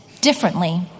differently